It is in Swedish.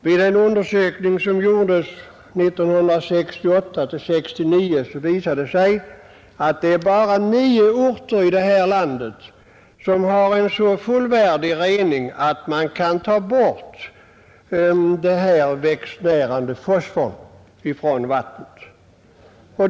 Vid en undersökning som gjordes 1968—1969 visar det sig att det bara är nio orter i det här landet som har en så fullvärdig rening att man kan ta bort den här växtnärande fosforn från vattnet.